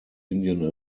indian